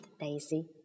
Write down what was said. Daisy